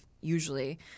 usually